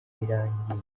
irangiye